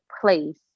place